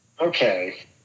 Okay